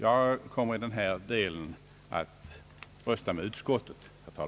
Jag kommer i denna del att rösta med utskottet.